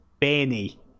Benny